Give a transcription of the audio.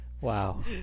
Wow